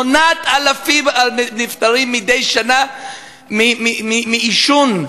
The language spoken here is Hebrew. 8,000 נפטרים מדי שנה מעישון,